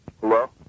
Hello